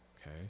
okay